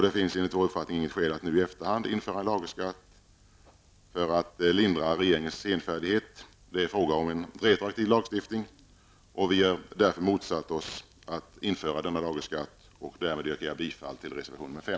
Det finns enligt vår uppfattning inget skäl att nu i efterhand införa en lagerskatt för att lindra regeringens senfärdighet. Det är fråga om en retroaktiv lagstiftning. Vi har därför motsatt oss införandet av denna lagerskatt. Herr talman! Jag yrkar därmed bifall till reservation 5.